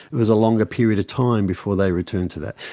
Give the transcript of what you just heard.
it was a longer period of time before they returned to that.